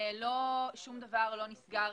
שום דבר לא נסגר,